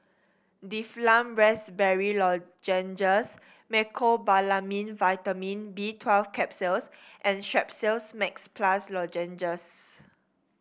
Difflam Raspberry Lozenges Mecobalamin Vitamin B Twelve Capsules and Strepsils Max Plus Lozenges